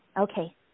Okay